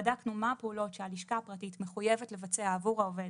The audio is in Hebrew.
בדקנו מה הפעולות שהלשכה הפרטית מחויבת לבצע עבור העובד